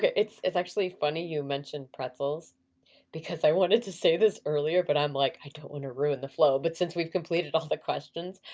it's it's actually funny you mentioned pretzels because i wanted to say this earlier, but i'm like, i don't want to ruin the flow but since we've completed all the questions,